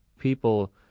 People